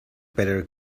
better